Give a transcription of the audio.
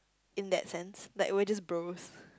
in that sense like we're just bros